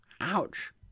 ouch